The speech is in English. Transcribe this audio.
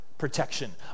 protection